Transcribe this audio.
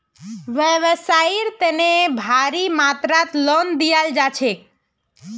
व्यवसाइर तने भारी मात्रात लोन दियाल जा छेक